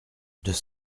deux